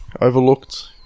Overlooked